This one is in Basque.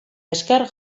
esker